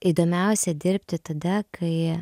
įdomiausia dirbti tada kai